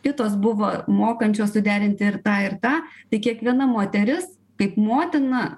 kitos buvo mokančios suderinti ir tą ir tą tai kiekviena moteris kaip motina